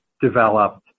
developed